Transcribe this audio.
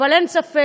אבל אין ספק,